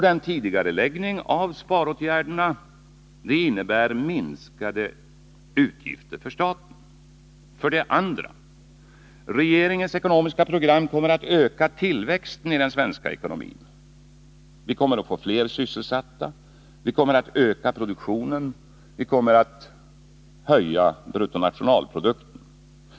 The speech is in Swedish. Denna tidigareläggning av sparåtgärderna innebär minskade utgifter för staten. För det andra kommer regeringens ekonomiska program att öka tillväxten iden svenska ekonomin. Vi kommer att få fler sysselsatta, vi kommer att öka produktionen, att höja BNP.